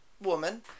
woman